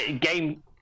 Game